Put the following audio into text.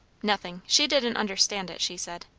nothing. she didn't understand it, she said.